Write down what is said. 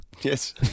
Yes